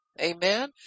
amen